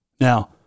Now